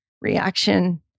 reaction